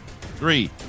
Three